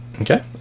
Okay